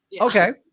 Okay